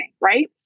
right